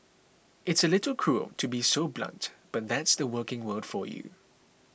it's a little cruel to be so blunt but that's the working world for you